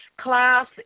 class